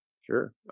sure